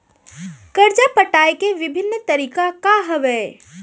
करजा पटाए के विभिन्न तरीका का हवे?